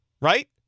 Right